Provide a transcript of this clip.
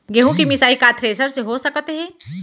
गेहूँ के मिसाई का थ्रेसर से हो सकत हे?